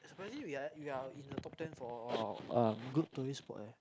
surprisingly we are we are in the top ten for um good tourist spot eh